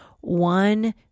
one